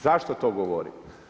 Zašto to govorim?